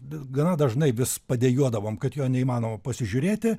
bet gana dažnai vis padejuodavom kad jo neįmanoma pasižiūrėti